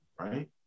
right